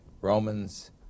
Romans